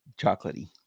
chocolatey